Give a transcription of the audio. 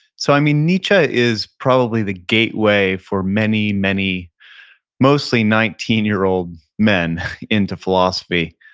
so i mean, nietzsche is probably the gateway for many, many mostly nineteen year old men into philosophy,